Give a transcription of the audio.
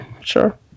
sure